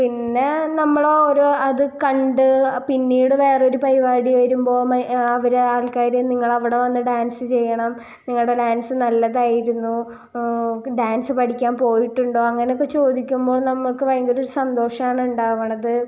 പിന്നെ നമ്മള് ഓരോ അത് കണ്ട് പിന്നീട് വേറൊരു പരിപാടി വരുമ്പോൾ അവര് ആൾക്കാര് നിങ്ങളവിടെ വന്ന് ഡാൻസ് ചെയ്യണം നിങ്ങളുടെ ഡാൻസ് നല്ലതായിരുന്നു ഓ ഡാൻസ് പഠിക്കാൻ പോയിട്ടുണ്ടോ അങ്ങനെ ഒക്കെ ചോദിക്കുമ്പോൾ നമുക്ക് ഭയങ്കര സന്തോഷാണുണ്ടാവുന്നത്